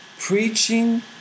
preaching